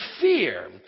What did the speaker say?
fear